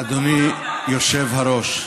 אדוני היושב בראש,